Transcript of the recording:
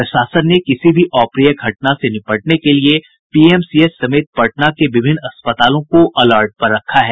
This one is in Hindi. प्रशासन ने किसी भी अप्रिय घटना से निपटने के लिए पीएमसीएच समेत पटना के विभिन्न अस्पतालों को अलर्ट पर रखा है